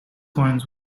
coins